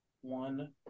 One